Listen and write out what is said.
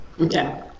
okay